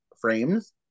frames